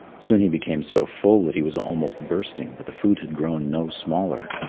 soon he became so full that he was almost bursting, but the food had grown no smaller,